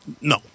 No